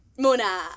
Mona